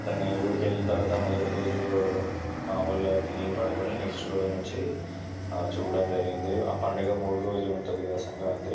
అతని ఊరికి వెళ్ళిన తర్వాత మొదటి రోజు మామూలుగా తిని పడుకొని నెక్స్ట్ రోజు నుంచి చూడడం జరిగింది ఆ పండగ మూడు రోజులు ఉంటుంది కదా సంక్రాంతి